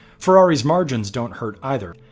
ferrari's margins don't hurt either.